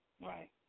right